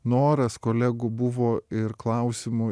noras kolegų buvo ir klausimų